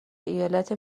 ایالت